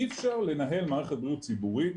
אי אפשר לנהל מערכת בריאות ציבורית